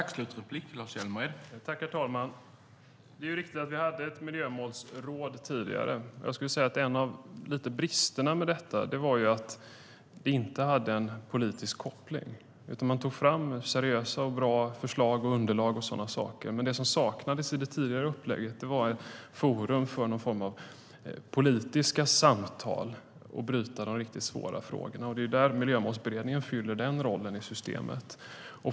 Herr talman! Det är riktigt att vi hade ett miljömålsråd tidigare. En av bristerna med detta var att det inte hade en politisk koppling. Man tog fram seriösa och bra förslag och underlag. Men det som saknades i det tidigare upplägget var ett forum för någon form av politiska samtal för att bryta de riktigt svåra frågorna. Den rollen fyller Miljömålsberedningen i systemet.